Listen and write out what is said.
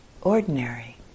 ordinary